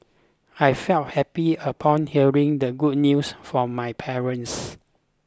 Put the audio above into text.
I felt happy upon hearing the good news from my parents